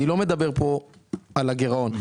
אני לא מדבר פה על הגרעון.